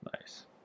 Nice